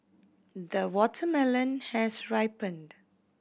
the watermelon has ripened